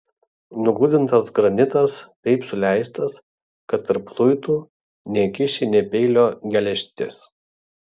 nugludintas granitas taip suleistas kad tarp luitų neįkiši nė peilio geležtės